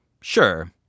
Sure